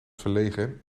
verlegen